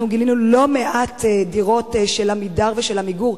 אנחנו גילינו לא מעט דירות של "עמידר" ושל "עמיגור"